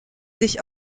sich